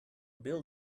build